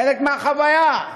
חלק מהחוויה.